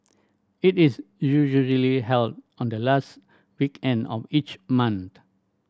it is usually held on the last weekend of each month